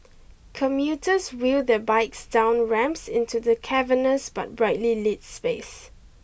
commuters wheel their bikes down ramps into the cavernous but brightly lit space